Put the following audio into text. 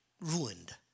ruined